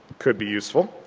could be useful.